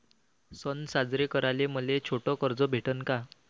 सन साजरे कराले मले छोट कर्ज भेटन का?